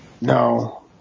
No